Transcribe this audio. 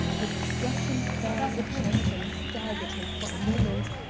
it struck him fair in the chest and staggered him for a moment,